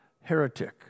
Heretic